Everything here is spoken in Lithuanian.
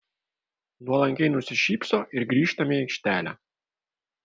nuolankiai nusišypso ir grįžtam į aikštelę